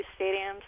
stadiums